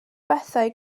bethau